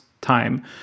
time